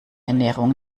ernährung